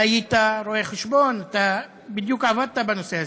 אתה היית רואה חשבון, אתה בדיוק עבדת בנושא הזה.